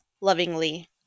lovingly